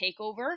takeover